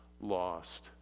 lost